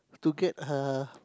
to get her